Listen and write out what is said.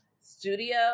studio